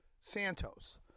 Santos